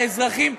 האזרחים,